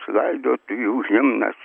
laidotuvių himnas